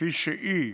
כפי שהיא